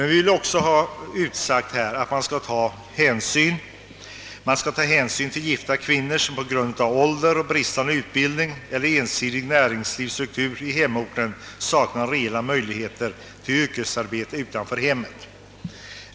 Vi vill också ha utsagt att man skall ta hänsyn till gifta kvinnor som på grund av ålder, bristande utbildning eller ensidig struktur hos näringslivet på hemorten saknar reella möjligheter till yrkesarbete utanför hemmet.